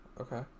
Okay